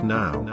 now